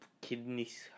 kidneys